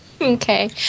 Okay